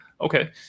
okay